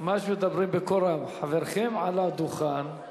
ממש מדברים בקול רם, חברכם על הדוכן, אתה